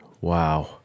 Wow